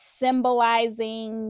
symbolizing